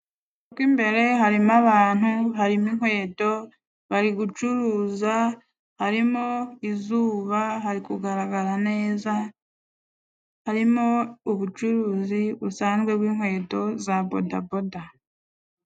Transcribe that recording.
Mo imbere harimo abantu, harimo inkweto, bari gucuruza, harimo izuba, hari kugaragara neza, harimo ubucuruzi busanzwe bw'inkweto za bodaboda.